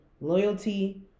loyalty